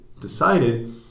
decided